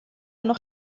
noch